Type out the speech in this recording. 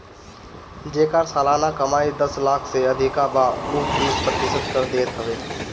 जेकर सलाना कमाई दस लाख से अधिका बा उ तीस प्रतिशत कर देत हवे